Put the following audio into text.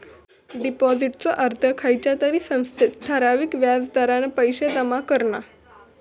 डिपाॅजिटचो अर्थ खयच्या तरी संस्थेत ठराविक व्याज दरान पैशे जमा करणा